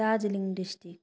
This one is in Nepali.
दार्जिलिङ डिस्ट्रिक्ट